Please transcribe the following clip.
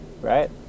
right